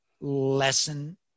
lesson